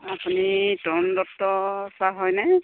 আপুনি তৰুণ দত্ত ছাৰ হয়নে